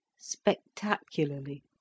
spectacularly